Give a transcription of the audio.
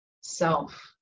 self